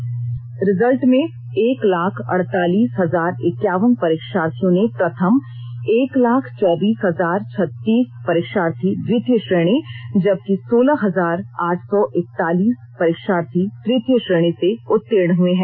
जारी रिजल्ट में एक लाख अड़तालीस हजार इक्कावन परीक्षार्थियों ने प्रथम एक लाख चौबीस हजार छत्तीस परीक्षार्थी द्वितीय श्रेणी जबकि सोलह हजार आठ सौ इक्कतालीस परीक्षार्थी तृतीय श्रेणी से उत्तीर्ण हुए हैं